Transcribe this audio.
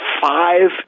five